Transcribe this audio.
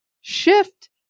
shift